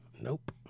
Nope